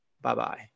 Bye-bye